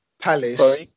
Palace